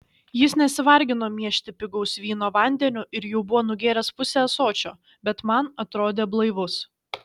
jis nesivargino miešti pigaus vyno vandeniu ir jau buvo nugėręs pusę ąsočio bet man atrodė blaivus